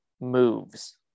moves